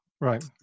Right